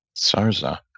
Sarza